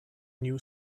new